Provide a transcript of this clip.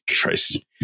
Christ